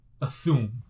assume